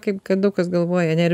kaip kad daug kas galvoja ane ir